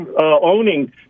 owning